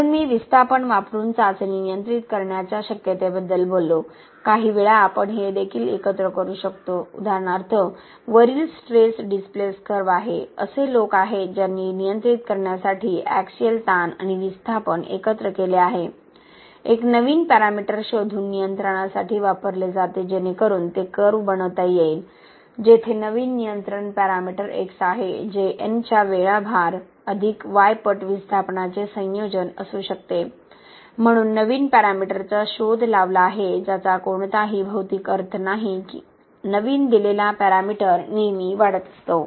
म्हणून मी विस्थापन वापरून चाचणी नियंत्रित करण्याच्या शक्यतेबद्दल बोललो काहीवेळा आपण हे देखील एकत्र करू शकतो उदाहरणार्थ वरील स्ट्रेस डिसप्लेस कर्व्ह आहे असे लोक आहेत ज्यांनी नियंत्रित करण्यासाठी ऍक्सिल ताण आणि विस्थापन एकत्र केले आहे एक नवीन पॅरामीटर शोधून नियंत्रणासाठी वापरले जाते जेणेकरून ते कर्व्हबनवता येईल जेथे नवीन नियंत्रण पॅरामीटर X आहे जे N च्या वेळा भार अधिक Y पट विस्थापनाचे संयोजन असू शकते म्हणून नवीन पॅरामीटरचा शोध लावला आहे ज्याचा कोणताही भौतिक अर्थ नाही नवीन दिलेला पॅरामीटर नेहमी वाढत असतो